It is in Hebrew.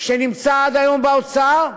שנמצא עד היום באוצר,